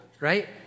right